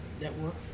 network